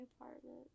apartment